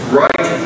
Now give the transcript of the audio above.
right